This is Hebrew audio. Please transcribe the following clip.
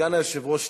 סגן היושב-ראש טיבי.